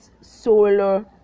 solar